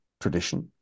tradition